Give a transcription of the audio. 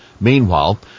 Meanwhile